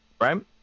Right